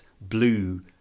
blue